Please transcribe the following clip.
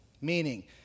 Meaning